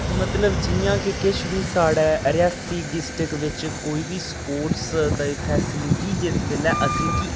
मतलब जि'यां कि किश बी साढ़े रियासी डिस्ट्रिक्ट बिच कोई बी स्पोर्ट्स दी फैसिलिटी जिस बेल्लै असें गी